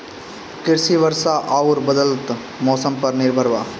कृषि वर्षा आउर बदलत मौसम पर निर्भर बा